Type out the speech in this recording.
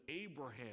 Abraham